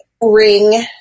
ring